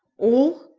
all?